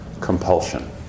compulsion